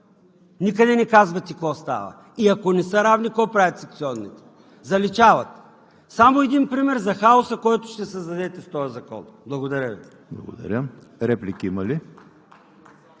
Никъде не казвате какво става. И ако не са равни, какво правят секционните? Заличават – само един пример за хаосът, който ще създадете с този закон. Благодаря Ви.